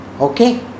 Okay